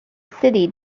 city